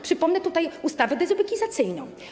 Przypomnę tutaj ustawę dezubekizacyjną.